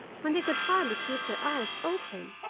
when they could hardly keep their eyes open!